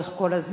לאורך כל הזמן,